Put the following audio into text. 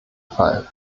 fall